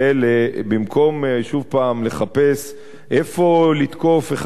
במקום שוב פעם לחפש איפה לתקוף אחד את השני,